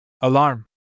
Alarm